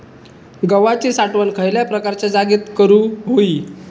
गव्हाची साठवण खयल्या प्रकारच्या जागेत करू होई?